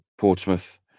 Portsmouth